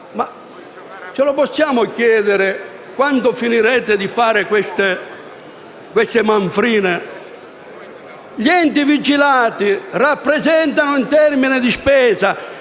Possiamo chiedervi quando finirete di fare queste manfrine? Gli enti vigilati rappresentano, in termini di spesa,